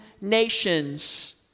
nations